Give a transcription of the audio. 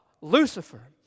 Lucifer